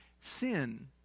sin